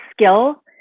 skill